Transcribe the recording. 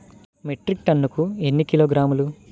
Metric టన్నుకు ఎన్ని కిలోగ్రాములు?